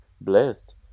blessed